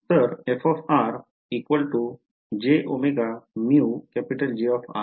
तर f jωμJ अगदी बरोबर